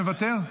מוותר,